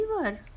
river